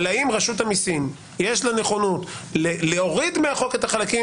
אבל האם לרשות המסים יש נכונות להוריד מהחוק את החלקים